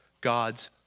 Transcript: God's